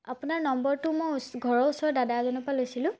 আপোনাৰ নম্বৰটো মই ওচ ঘৰৰ ওচৰৰ দাদা এজনৰ পৰা লৈছিলোঁ